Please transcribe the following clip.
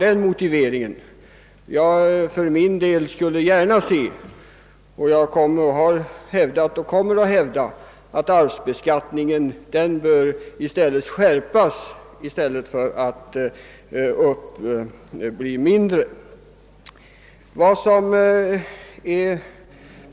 Jag skulle för min del gärna se och kommer att hävda att arvsbeskattningen bör skärpas i stället för att mildras.